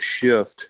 shift